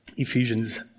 Ephesians